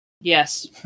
yes